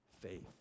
faith